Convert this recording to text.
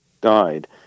died